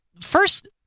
first